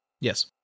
Yes